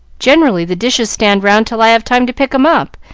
generally, the dishes stand round till i have time to pick em up,